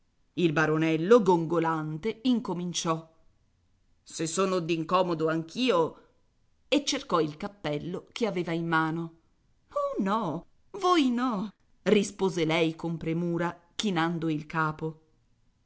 stomaco il baronello gongolante incominciò se sono d'incomodo anch'io e cercò il cappello che aveva in mano oh no voi no rispose lei con premura chinando il capo